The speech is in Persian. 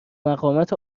مقامات